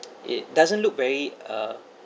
it doesn't look very uh